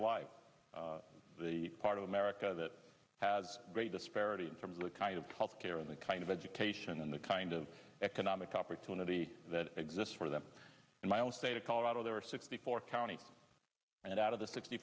alive the part of america that has great disparity in from the kind of health care in the kind of education and the kind of economic opportunity that exists for them in my own state of colorado there are sixty four counties and out of the fifty